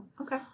okay